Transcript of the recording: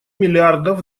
миллиардов